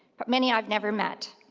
but many i've never met.